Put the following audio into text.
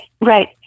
right